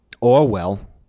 Orwell